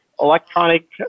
electronic